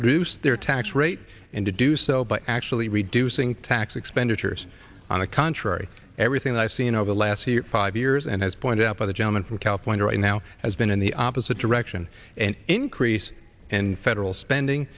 reduce their tax rate and to do so by actually reducing tax expenditures on the contrary everything that i've seen over the last five years and as pointed out by the jonah from california right now has been in the opposite direction an increase in federal spending